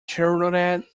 chartered